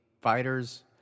fighters